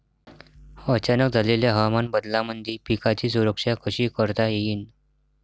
अचानक झालेल्या हवामान बदलामंदी पिकाची सुरक्षा कशी करता येईन?